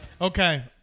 Okay